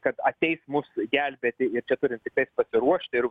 kad ateis mus gelbėti ir čia turim tiktais pasiruošti ir